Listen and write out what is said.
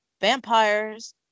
vampires